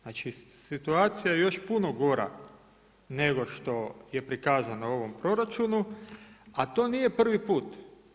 Znači, situacija je još puno gora nego što je prikazana u ovom proračunu, a to nije prvi put.